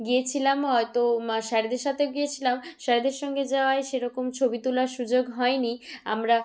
গিয়েছিলাম হয়তো স্যারেদের সাথে গিয়েছিলাম স্যারেদের সঙ্গে যাওয়ায় সেরকম ছবি তোলার সুযোগ হয়নি আমরা